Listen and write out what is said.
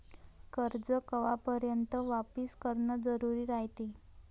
कर्ज कवापर्यंत वापिस करन जरुरी रायते?